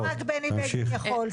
לא רק בני בגין יכול.